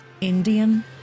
Indian